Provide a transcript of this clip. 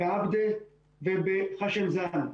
בעבדה וחשם זאנה.